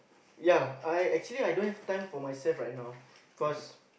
ya I actually I don't have time for myself right now cause